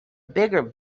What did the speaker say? bigger